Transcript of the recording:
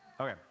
Okay